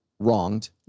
wronged